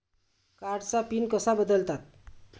कार्डचा पिन कसा बदलतात?